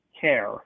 care